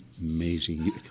amazing